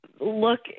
look